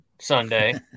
Sunday